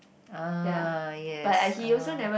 ah yes ah